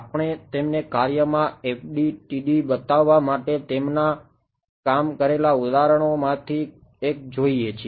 આપણે તમને કાર્યમાં FDTD બતાવવા માટે તેમના કામ કરેલા ઉદાહરણોમાંથી એક જોઈએ છીએ